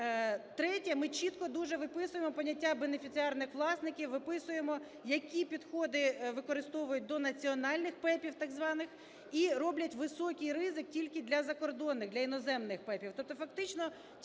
Третє. Ми чітко дуже виписуємо поняття "бенефіціарних власників", виписуємо, які підходи використовують до національних ПЕПів так званих і роблять високий ризик тільки для закордонних, для іноземних ПЕПів.